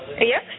Yes